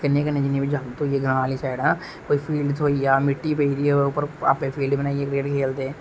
कन्नै जिन्ने बी जगत होई गे ग्रां आहली साइड कोई फील्ड थ्होई जा मिट्टी पेदी होऐ उप्पर आपे फील्ड बनाइये क्रिकेट खेलदे